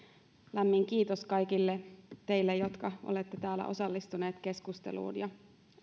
lämmin kiitos kaikille teille jotka olette täällä osallistuneet keskusteluun ja